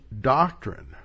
doctrine